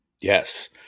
Yes